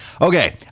Okay